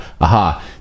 aha